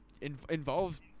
Involves